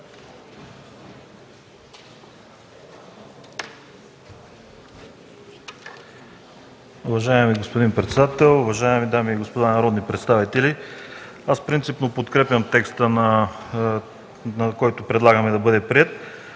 Аз принципно подкрепям текста, който предлагаме да бъде приет.